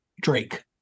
Drake